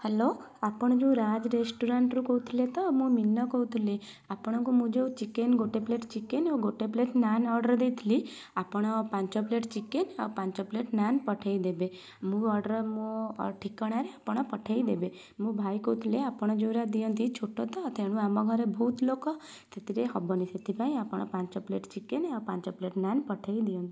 hello ଆପଣ ଯେଉଁ ରାଜ୍ ରେଷ୍ଟୁରାଣ୍ଟରୁ କହୁଥିଲେ ତ ମୁଁ ମୀନ କହୁଥିଲି ଆପଣଙ୍କୁ ମୁଁ ଯେଉଁ ଚିକେନ୍ ଗୋଟେ ପ୍ଲେଟ୍ ଚିକେନ୍ ଆଉ ଗୋଟେ ପ୍ଲେଟ୍ ନାନ୍ ଅର୍ଡ଼ର ଦେଇଥିଲି ଆପଣ ପାଞ୍ଚ ପ୍ଲେଟ୍ ଚିକେନ୍ ଆଉ ପାଞ୍ଚ ପ୍ଲେଟ୍ ନାନ୍ ପଠାଇ ଦେବେ ମୁଁ ଅର୍ଡ଼ର ମୋ ଠିକଣାରେ ଆପଣ ପଠାଇଦେବେ ମୋ ଭାଇ କହୁଥିଲେ ଆପଣ ଯେଉଁଗୁଡ଼ା ଦିଅନ୍ତି ଛୋଟ ତ ତେଣୁ ଆମ ଘରେ ବହୁତ ଲୋକ ସେଥିରେ ହେବନି ସେଥିପାଇଁ ଆପଣ ପାଞ୍ଚ ପ୍ଲେଟ୍ ଚିକେନ୍ ଆଉ ପାଞ୍ଚ ପ୍ଲେଟ୍ ନାନ୍ ପଠାଇ ଦିଅନ୍ତୁ